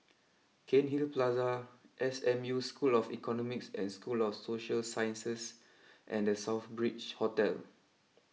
Cairnhill Plaza S M U School of Economics and School of Social Sciences and the South Bridge Hotel